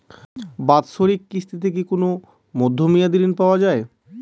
বাৎসরিক কিস্তিতে কি কোন মধ্যমেয়াদি ঋণ পাওয়া যায়?